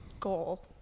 goal